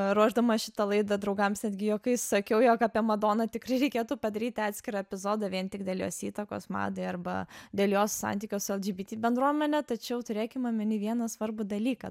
ruošdama šitą laidą draugams netgi juokais sakiau jog apie madoną tikrai reikėtų padaryti atskirą epizodą vien tik dėl jos įtakos madai arba dėl jos santykio su lgbt bendruomene tačiau turėkim omenyje vieną svarbų dalyką